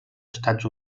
estats